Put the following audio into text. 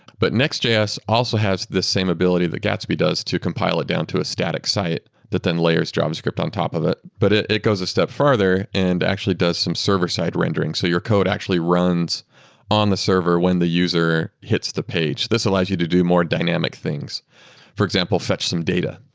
but next js also has this same ability that gatsby does to compile it down to a static site, that then layers javascript on top of it. but it it goes a step farther and actually does some server-side rendering. so your code actually runs on the server when the user hits the page. this allows you to do more dynamic things for example, fetch some data.